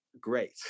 Great